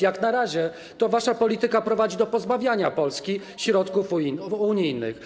Jak na razie to wasza polityka prowadzi do pozbawiania Polski środków unijnych.